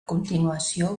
continuació